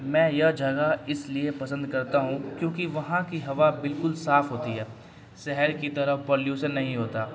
میں یہ جگہ اس لیے پسند کرتا ہوں کیونکہ وہاں کی ہوا بالکل صاف ہوتی ہے شہر کی طرف پلیوشن نہیں ہوتا